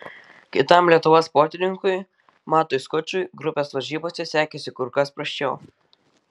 kitam lietuvos sportininkui matui skučui grupės varžybose sekėsi kur kas prasčiau